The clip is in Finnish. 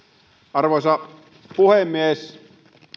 arvoisa puhemies